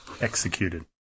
executed